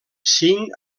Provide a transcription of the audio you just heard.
cinc